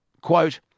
quote